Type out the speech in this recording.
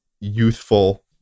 youthful